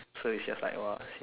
so it's just like !wah!